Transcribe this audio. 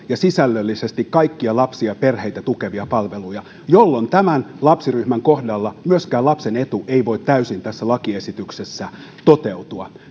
ja sisällöllisesti kaikkia lapsia ja perheitä tukevia palveluja jolloin tämän lapsiryhmän kohdalla myöskään lapsen etu ei voi täysin tässä lakiesityksessä toteutua